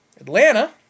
Atlanta